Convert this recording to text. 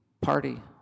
party